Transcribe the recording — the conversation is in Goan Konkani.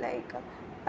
लायक